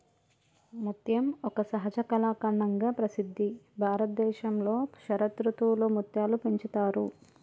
ముత్యం ఒక సహజ కళాఖండంగా ప్రసిద్ధి భారతదేశంలో శరదృతువులో ముత్యాలు పెంచుతారు